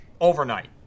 overnight